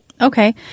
Okay